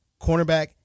cornerback